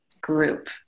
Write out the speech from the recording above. group